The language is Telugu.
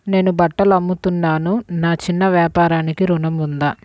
నేను బట్టలు అమ్ముతున్నాను, నా చిన్న వ్యాపారానికి ఋణం ఉందా?